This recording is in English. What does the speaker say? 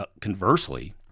Conversely